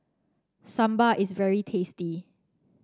Sambar is very tasty